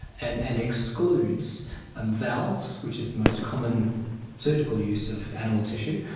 and and excludes and valves which is the most common surgical use of animal tissue.